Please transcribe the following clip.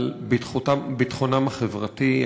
על ביטחונם החברתי,